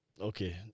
Okay